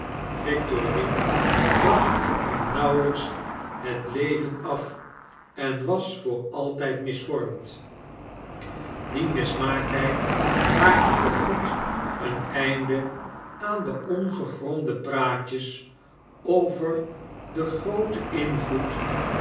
victorine bracht er nauwelyks het leven af en was voor altyd misvormd die mismaaktheid maakte voorgoed een einde aan de ongegronde praatjes over den grooten invloed